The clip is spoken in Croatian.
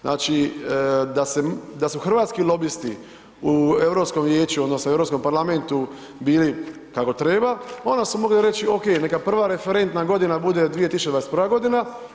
Znači da su hrvatski lobisti u Europskom vijeću, odnosno u Europskom parlamentu bili kako treba, onda su mogli reći OK neka prva referentna godina bude 2021. godina.